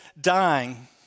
dying